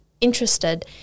interested